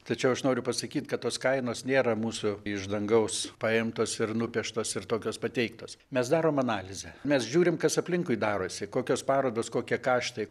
tačiau aš noriu pasakyt kad tos kainos nėra mūsų iš dangaus paimtos ir nupieštos ir tokios pateiktos mes darom analizę mes žiūrim kas aplinkui darosi kokios parodos kokie kaštai